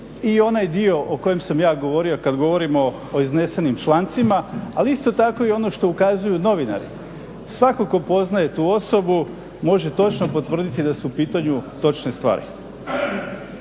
i onaj dio o kojem sam ja govorio kad govorimo o iznesenim člancima ali isto tako i ono što ukazuju novinari. Svatko tko poznaje tu osobu može točno potvrditi da su u pitanju točne stvari.